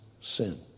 sin